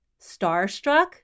starstruck